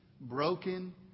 broken